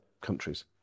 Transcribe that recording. countries